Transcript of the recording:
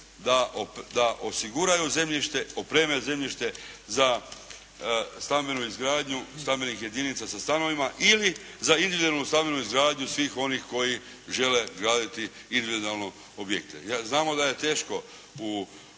da osiguraju zemljište, opreme zemljište za stambenu izgradnju stambenih jedinica sa stanovima ili za individualnu stambenu izgradnju svih onih koji žele graditi individualno objekte. Znamo da je teško u